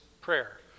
prayer